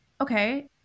okay